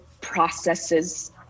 processes